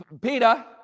Peter